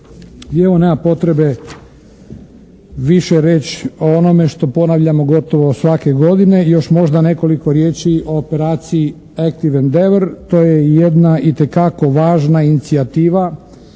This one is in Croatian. I evo, nema potrebe više reći o onome što ponavljamo gotovo svake godine. Još možda nekoliko riječi o operaciji "Active endeavour" to je jedna itekako važna inicijativa